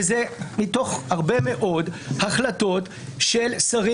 וזה מתוך הרבה מאוד החלטות של שרים.